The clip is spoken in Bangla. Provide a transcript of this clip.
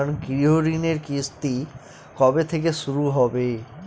আমার গৃহঋণের কিস্তি কবে থেকে শুরু হবে?